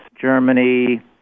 Germany